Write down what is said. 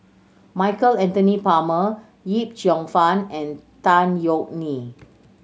Michael Anthony Palmer Yip Cheong Fun and Tan Yeok Nee